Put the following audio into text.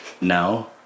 now